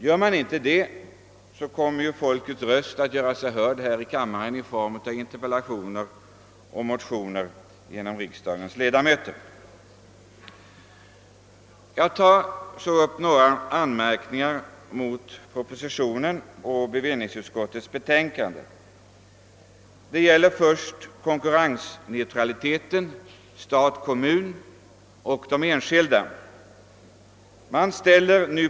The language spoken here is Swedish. Görs inte detta, kommer folkets röst att göra sig hörd här i kammaren i form av ine terpellationer och motioner av riksdagens ledamöter. Jag tar så upp några anmärkningar mot innehållet i propositionen och bevillningsutskottets betänkande. Det gäller först konkurrensneutraliteten mellan å ena sidan stat och kommun och å andra sidan enskilda.